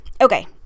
okay